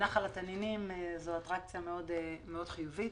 נחל התנינים זו אטרקציה מאוד חיובית.